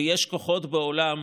ויש כוחות בעולם,